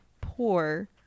poor